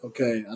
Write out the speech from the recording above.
Okay